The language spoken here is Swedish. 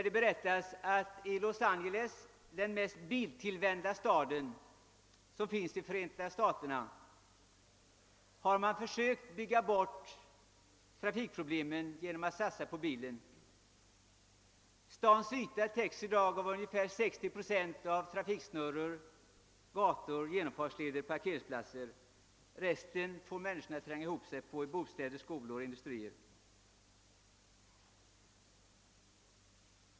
Det berättas att i Los Angeles, den mest biltillvända stad som finns i Förenta staterna, har man försökt bygga bort trafikproblemen genom att satsa på bilen. Stadens yta täcks i dag till ungefär 60 procent av trafiksnurror, gator, genomfartsleder och parkeringsplatser, resten får människorna tränga ihop sig på i bostäder, skolor och industrier, administration osv.